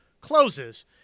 closes